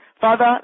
Father